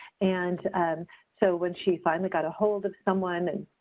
and so when she finally got a hold of someone and